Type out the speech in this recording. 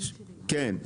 כן.